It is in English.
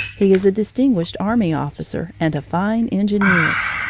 he is a distinguished army officer and a fine engineer.